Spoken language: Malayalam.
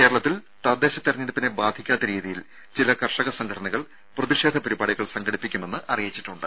കേരളത്തിൽ തദ്ദേശ തെരഞ്ഞെടുപ്പിനെ ബാധിക്കാത്ത രീതിയിൽ ചില കർഷക സംഘടനകൾ പ്രതിഷേധ പരിപാടികൾ സംഘടിപ്പിക്കുമെന്ന് അറിയിച്ചിട്ടുണ്ട്